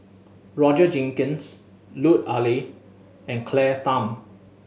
Roger Jenkins Lut Ali and Claire Tham